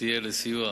שתהיה לסיוע